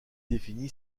défini